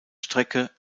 strecke